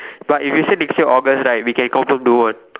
but if you say next year August right we can confirm do one